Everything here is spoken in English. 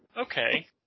Okay